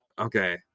Okay